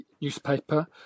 newspaper